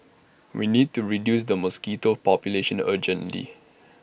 we need to reduce the mosquito population urgently